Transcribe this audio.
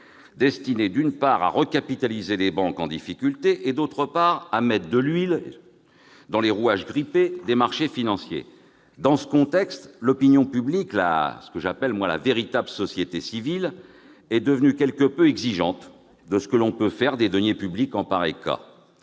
destinés, d'une part, à recapitaliser les banques en difficulté et, d'autre part, à mettre de l'huile dans les rouages grippés des marchés financiers ! Dans ce contexte, l'opinion publique- la véritable société civile -est devenue quelque peu exigeante à propos de l'utilisation des deniers publics en pareil cas.